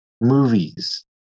movies